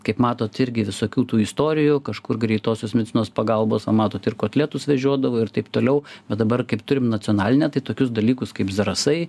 kaip matot irgi visokių tų istorijų kažkur greitosios medicinos pagalbos o matot ir kotletus vežiodavo ir taip toliau bet dabar kaip turim nacionalinę tai tokius dalykus kaip zarasai